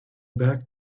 back